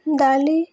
ଗାଲି